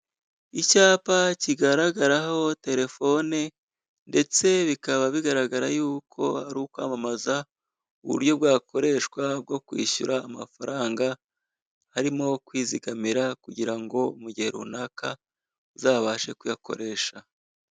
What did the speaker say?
Icyapa kigaragaraho telefone ndetse bikaba bigaragara y'uko ari ukwamamaza uburyo bwakoreshwa bwo kwishyura amafaranga, harimo kwizigamira kugira ngo mu gihe runaka uzabashe kuyakoresha.